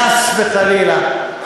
חס וחלילה,